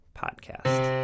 podcast